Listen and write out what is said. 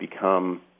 become